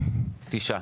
תשעה.